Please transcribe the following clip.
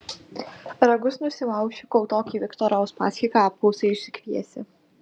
ragus nusilauši kol tokį viktorą uspaskichą apklausai išsikviesi